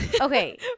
Okay